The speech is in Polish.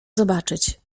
zobaczyć